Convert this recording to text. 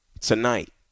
Tonight